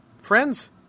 Friends